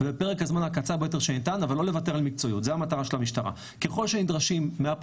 ובפרק הזמן הקצר ביותר שניתן אבל לא לוותר על מקצועיות.